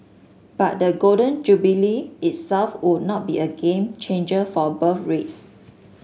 but the Golden Jubilee itself would not be a game changer for birth rates